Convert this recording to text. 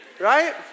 right